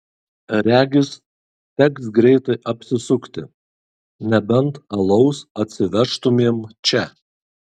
regis teks greitai apsisukti nebent alaus atsivežtumėm čia